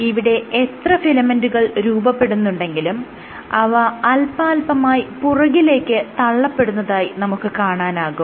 ഇവിടെ എത്ര ഫിലമെന്റുകൾ രൂപപ്പെടുന്നുണ്ടെങ്കിലും അവ അല്പാല്പമായി പുറകിലേക്ക് തള്ളപ്പെടുന്നതായി നമുക്ക് കാണാനാകും